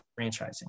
franchising